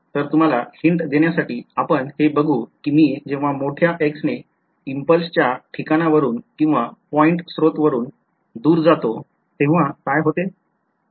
तर तुम्हाला हिंट देण्यासाठी आपण हे बघू कि मी जेव्हा मोठ्या x ने इम्पल्सच्या ठिकाणावरून किंवा पॉईंट स्रोतच्या ठिकाणावरून दुर जातो तेव्हा काय होते